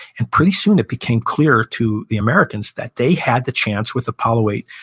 and pretty soon it became clear to the americans that they had the chance, with apollo eight,